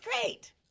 great